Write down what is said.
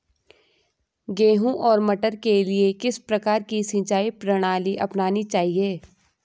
गेहूँ और मटर के लिए किस प्रकार की सिंचाई प्रणाली अपनानी चाहिये?